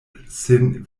sin